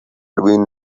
been